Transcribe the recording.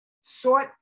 sought